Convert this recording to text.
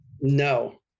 no